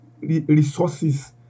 resources